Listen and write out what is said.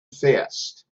fast